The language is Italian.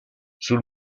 sul